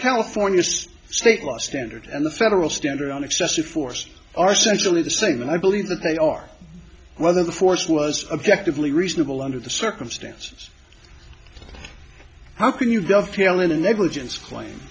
california state law standard and the federal standard on excessive force are centrally the same and i believe that they are whether the force was objectively reasonable under the circumstances how can you gov pailin a negligence claim